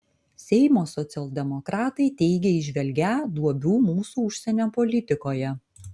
seimo socialdemokratai teigia įžvelgią duobių mūsų užsienio politikoje